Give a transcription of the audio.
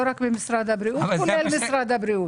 לא רק משרד הבריאות - כולל משרד הבריאות.